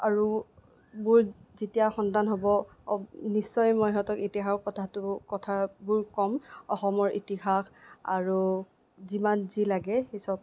আৰু মোৰ যেতিয়া সন্তান হ'ব নিশ্চয় মই ইহঁতক ইতিহাসৰ কথাটো কথাবোৰ ক'ম অসমৰ ইতিহাস আৰু যিমান যি লাগে সেই চব